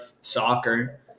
soccer